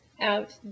out